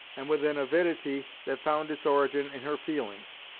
and with an avidity that found its origin in her feelings.